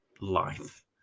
life